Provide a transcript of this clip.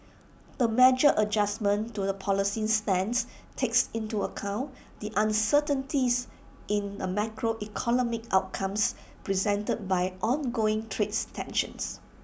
the measured adjustment to the policy stance takes into account the uncertainties in macroeconomic outcomes presented by ongoing trades tensions